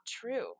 true